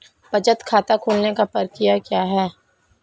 बचत खाता खोलने की प्रक्रिया क्या है?